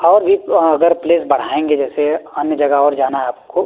और भी अगर प्लेस बढ़ाएँगे जैसे अन्य जगह और जाना है आपको